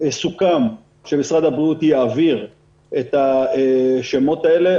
סוכם שמשרד הבריאות יעביר את השמות האלה.